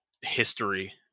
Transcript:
history